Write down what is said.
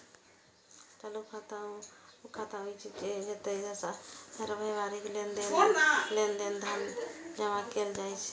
चालू खाता ऊ खाता होइ छै, जतय व्यावसायिक लेनदेन लेल धन जमा कैल जाइ छै